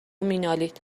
مینالید